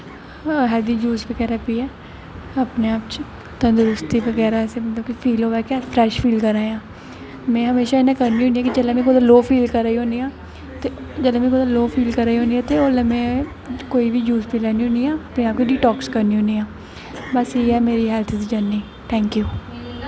healthy juice बगैरा पियो अपने आप च तंदरूस्ती बगैरा फील होऐ कि अस फ्रैश फील करा दे आं में हमेशा इ'यां करनी होन्नी आं जिसलै में लोह् फील करा दी होन्नी आं जिसलै में अपने लोह् फील करा दी होन्नी आं ते उसलै में कोई बी यूस पी लैन्नी होन्नी आं फ्ही डिटाक्स करनी होन्नी आं बस इ'यै ऐ मेरी हैल्थ दी जर्नी थैंक्यू